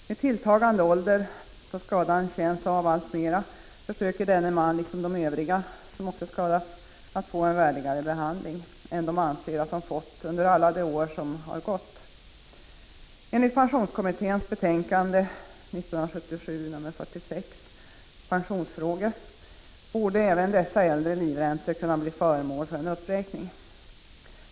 Med tilltagande ålder, då skadan känns av alltmer, försöker denne man, liksom de övriga som skadats, att få en värdigare behandling än de anser att de har fått under alla de år som gått. Enligt pensionskommitténs betänkande 1977:46 Pensionsfrågor borde även dessa äldre livräntor kunna bli föremål för en uppräkning.